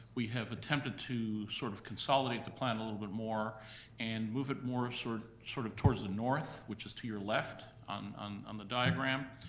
we have attempted to sort of consolidate the plan a little bit more and move it more sort of sort of towards the north, which is to your left on on the diagram,